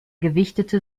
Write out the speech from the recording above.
gewichtete